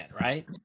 right